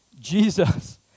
Jesus